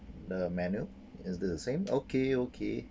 the menu is the same okay okay